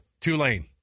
Tulane